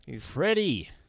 Freddie